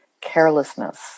carelessness